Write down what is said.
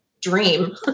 dream